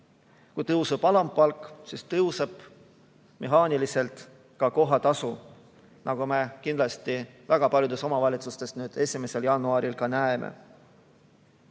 Kui tõuseb alampalk, siis tõuseb mehaaniliselt ka kohatasu, nagu me kindlasti väga paljudes omavalitsustes 1. jaanuaril näeme.